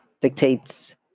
dictates